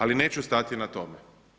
Ali neću stati na tome.